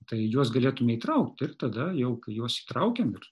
tai juos galėtume įtraukt ir tada jau juos įtraukėm ir